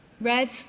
Red